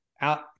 out